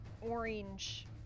...orange